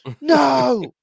no